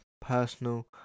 personal